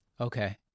Okay